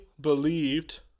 believed